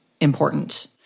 important